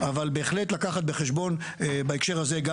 אבל בהחלט להביא בחשבון בהקשר הזה גם